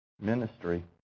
Ministry